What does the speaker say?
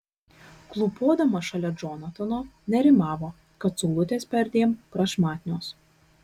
klūpodama šalia džonatano nerimavo kad saulutės perdėm prašmatnios